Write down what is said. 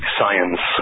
science